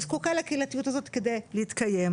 היא זקוקה להקהילתיות הזאת כדי להתקיים.